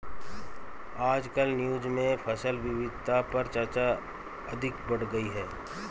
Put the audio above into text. आजकल न्यूज़ में फसल विविधता पर चर्चा अधिक बढ़ गयी है